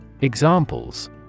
Examples